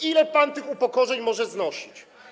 Ile pan tych upokorzeń może znosić?